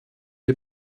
wir